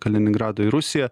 kaliningrado į rusiją